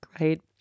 right